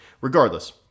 Regardless